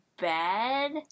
bad